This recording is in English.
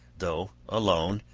though alone,